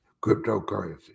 cryptocurrency